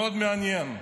מאוד מעניין.